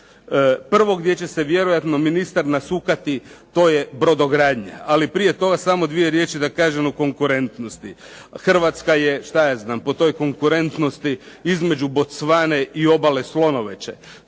Prvo gdje će se vjerojatno ministar nasukati, to je brodogradnja. Ali prije toga samo dvije riječi da kažem o konkurentnosti. Hrvatska je, šta ja znam, po toj konkurentnosti između Bocvane i Obale slonovače.